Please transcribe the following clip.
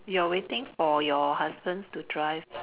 you are waiting for your husband to drive